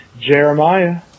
Jeremiah